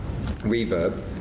Reverb